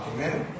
Amen